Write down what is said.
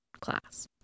class